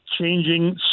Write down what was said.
changing